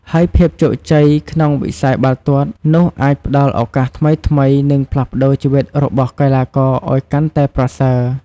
ហើយភាពជោគជ័យក្នុងវិស័យបាល់ទាត់នោះអាចផ្តល់ឱកាសថ្មីៗ និងផ្លាស់ប្តូរជីវិតរបស់កីឡាករឲ្យកាន់តែប្រសើរ។